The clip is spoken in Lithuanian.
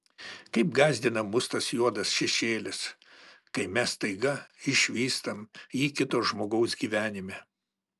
kaip gąsdina mus tas juodas šešėlis kai mes staiga išvystam jį kito žmogaus gyvenime